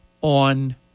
on